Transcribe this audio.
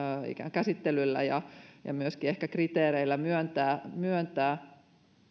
käsittelyllä ja ja myöskin ehkä kriteereillä myöntää myöntää